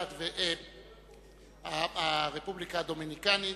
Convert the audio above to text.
הרפובליקה הדומיניקנית,